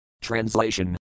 Translation